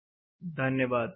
Thank you धन्यवाद